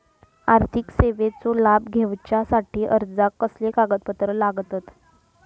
आर्थिक सेवेचो लाभ घेवच्यासाठी अर्जाक कसले कागदपत्र लागतत?